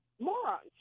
Morons